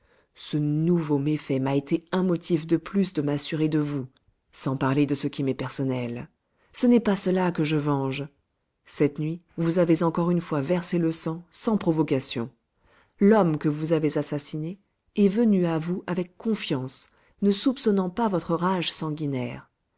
ce nouveau méfait m'a été un motif de plus de m'assurer de vous sans parler de ce qui m'est personnel ce n'est pas cela que je venge cette nuit vous avez encore une fois versé le sang sans provocation l'homme que vous avez assassiné est venu à vous avec confiance ne soupçonnant pas votre rage sanguinaire